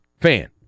fan